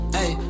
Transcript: Hey